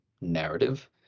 narrative